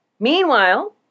Meanwhile